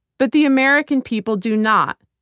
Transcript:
but the american people do not.